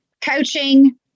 coaching